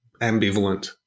ambivalent